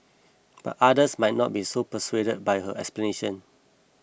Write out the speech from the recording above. but others might not be so persuaded by her explanation